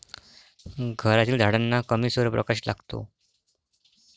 घरातील झाडांना कमी सूर्यप्रकाश लागतो